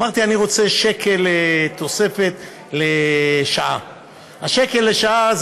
אמרתי: אני רוצה תוספת שקל לשעה.